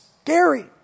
scary